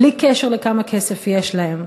בלי קשר לכמה כסף יש להם.